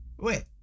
Wait